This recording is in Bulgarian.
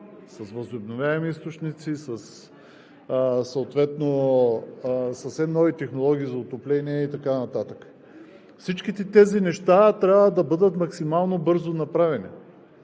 с възобновяеми източници, със съответно съвсем нови технологии за отопление и така нататък. Всичките тези неща трябва максимално бързо да